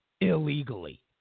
illegally